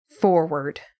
forward